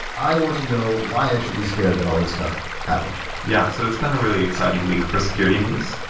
i want to know why i should be scared that all these stuff happened yeah, so it's been a really exciting week for security news,